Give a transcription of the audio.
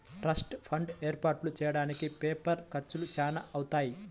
trust fund ఏర్పాటు చెయ్యడానికి paper ఖర్చులు చానా అవుతాయి